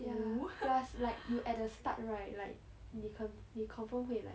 ya cause like you at the start right like 你很你 confirm 会 like